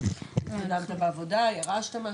אתה התקדמת בעבודה או ירשת משהו.